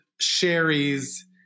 Sherry's